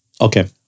Okay